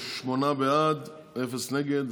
שמונה בעד, אין מתנגדים.